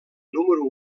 número